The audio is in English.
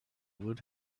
would